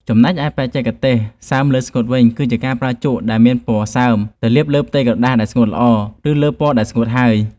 ចំណែកឯបច្ចេកទេសសើមលើស្ងួតវិញគឺជាការប្រើជក់ដែលមានពណ៌សើមទៅលាបលើផ្ទៃក្រដាសដែលស្ងួតល្អ ឬ លើពណ៌ដែលស្ងួតហើយ។